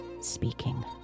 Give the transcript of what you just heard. speaking